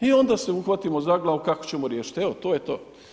I onda se uhvatimo za glavu kako ćemo riješiti, evo to je to.